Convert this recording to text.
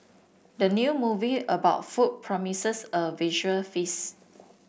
the new movie about food promises a visual feast